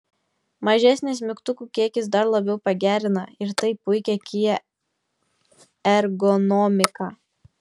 mažesnis mygtukų kiekis dar labiau pagerina ir taip puikią kia ergonomiką